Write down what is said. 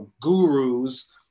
gurus